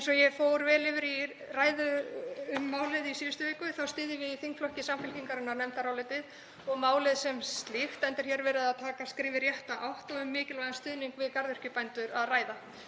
Eins og ég fór vel yfir í ræðu um málið í síðustu viku þá styðjum við í þingflokki Samfylkingarinnar nefndarálitið og málið sem slíkt, enda er hér verið að taka skref í rétta átt og um mikilvægan stuðning við garðyrkjubændur að ræða.